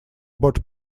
both